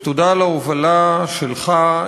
ותודה על ההובלה שלך,